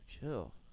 chill